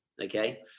okay